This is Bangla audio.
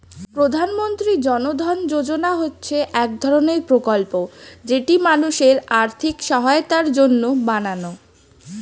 প্রধানমন্ত্রী জন ধন যোজনা হচ্ছে এক ধরণের প্রকল্প যেটি মানুষের আর্থিক সহায়তার জন্য বানানো